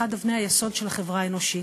אחת מאבני היסוד של החברה האנושית.